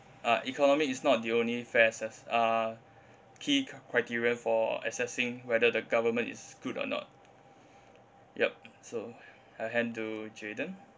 uh economy is not the only fair assess~ uh key cr~ criteria for assessing whether the government is good or not yup so I hand to jayden